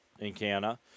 Encounter